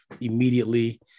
immediately